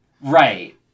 Right